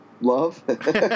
love